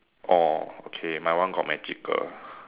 orh okay my one got magical